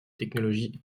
technologie